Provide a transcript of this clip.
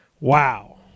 wow